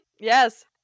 Yes